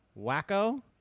Wacko